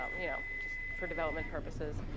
um you know, just for development purposes.